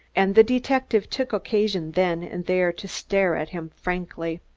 and the detective took occasion then and there to stare at him frankly.